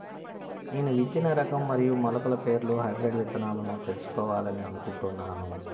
నేను విత్తన రకం మరియు మొలకల పేర్లు హైబ్రిడ్ విత్తనాలను తెలుసుకోవాలని అనుకుంటున్నాను?